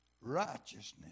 righteousness